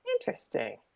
Interesting